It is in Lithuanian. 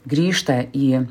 grįžta į